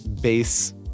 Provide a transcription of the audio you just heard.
base